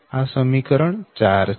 આ સમીકરણ 4 છે